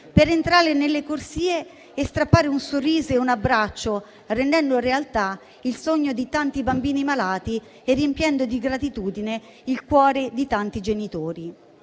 per entrare nelle corsie e strappare un sorriso e un abbraccio, rendendo realtà il sogno di tanti bambini malati e riempiendo di gratitudine il cuore di tanti genitori.